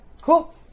cool